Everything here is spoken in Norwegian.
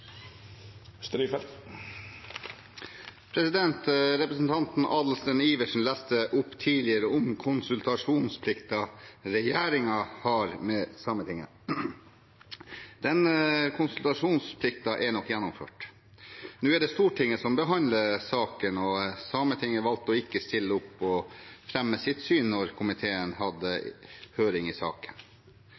Representanten Adelsten Iversen leste opp tidligere om konsultasjonsplikten regjeringen har med Sametinget. Den konsultasjonsplikten er nok gjennomført. Nå er det Stortinget som behandler saken, og Sametinget valgte å ikke stille opp og fremme sitt syn da komiteen hadde høring i saken.